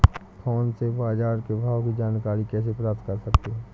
Phone से बाजार के भाव की जानकारी कैसे प्राप्त कर सकते हैं?